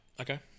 Okay